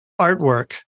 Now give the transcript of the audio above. artwork